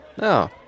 no